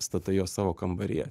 statai juos savo kambaryje